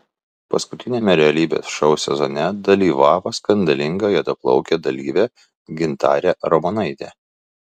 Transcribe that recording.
paskutiniame realybės šou sezone dalyvavo skandalinga juodaplaukė dalyvė gintarė ramonaitė